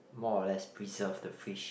more or less preserve the fish